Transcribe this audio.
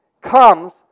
comes